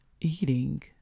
eating